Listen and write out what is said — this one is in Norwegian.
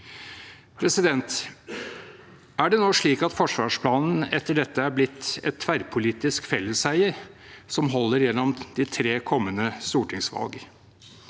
innhold. Er det nå slik at forsvarsplanen etter dette er blitt et tverrpolitisk felleseie som holder gjennom de tre kommende stortingsvalg?